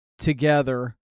Together